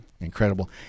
incredible